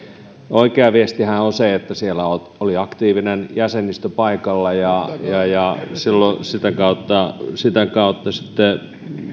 oikea viestihän on se että siellä oli aktiivinen jäsenistö paikalla ja ja sitä kautta sitä kautta sitten